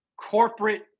corporate